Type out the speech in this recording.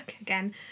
again